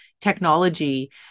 technology